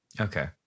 Okay